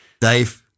Dave